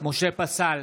משה פסל,